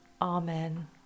Amen